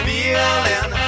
Feeling